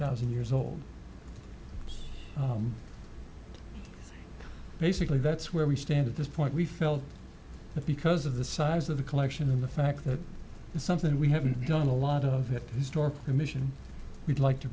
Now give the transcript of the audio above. thousand years old basically that's where we stand at this point we felt that because of the size of the collection and the fact that it's something we haven't done a lot of it historic commission we'd like to